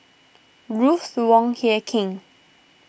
Ruth Wong Hie King